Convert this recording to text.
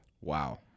Wow